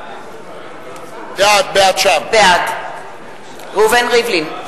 בעד ראובן ריבלין,